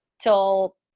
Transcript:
till